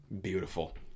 beautiful